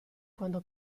quando